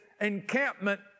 encampment